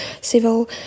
civil